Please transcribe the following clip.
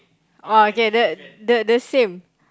oh okay the the the same